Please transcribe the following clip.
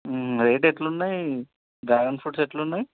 రేట్లు ఎట్లున్నాయి dragon fruits ఎట్లున్నాయి